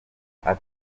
ata